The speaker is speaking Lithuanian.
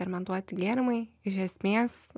fermentuoti gėrimai iš esmės